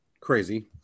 Crazy